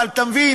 אבל אתה מבין,